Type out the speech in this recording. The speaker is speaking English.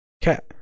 cat